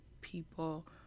people